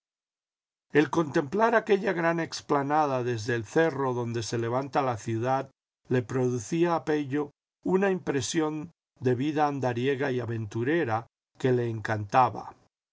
el contemplar aquella gran explanada desde el cerro donde se levanta la ciudad le producía a pello una impresión de vida andariega y aventurera que le encantaba